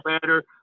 better